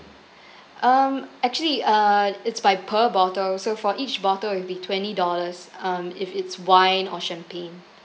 um actually uh it's by per bottle so for each bottle it will be twenty dollars um if it's wine or champagne